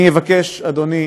אני אבקש, אדוני,